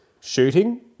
shooting